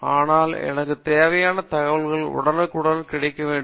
அனாலும் எனக்கு தேவையான தகவல்கள் உடனுக்குடன் கிடைக்க வேண்டும்